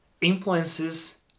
influences